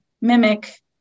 mimic